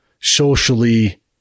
socially